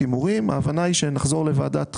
לפי העניין,